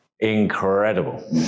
incredible